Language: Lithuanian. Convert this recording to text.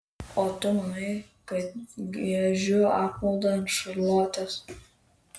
o tu manai kad giežiu apmaudą ant šarlotės